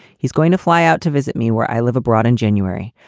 he's going to fly out to visit me where i live abroad in january.